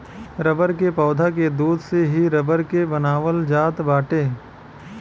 rubber के पौधा के दूध से ही रबर के बनावल जात बाटे